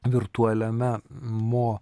virtualiame mo